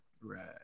right